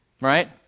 Right